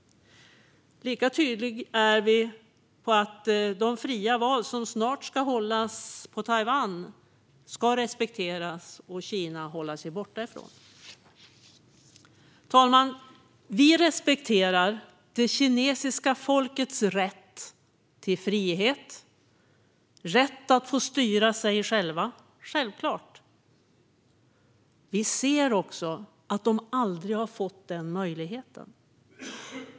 Lika tydliga är vi om att de fria val som snart ska hållas i Taiwan ska respekteras och att Kina ska hålla sig borta från dem. Fru talman! Vi respekterar självklart det kinesiska folkets rätt till frihet och rätt att få styra sig självt. Vi ser också att det aldrig har fått den möjligheten.